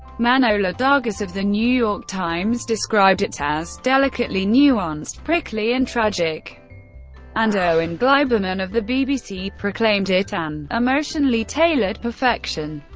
manohla dargis of the new york times described it as delicately nuanced, prickly and tragic and owen gleiberman of the bbc proclaimed it an emotionally tailored perfection.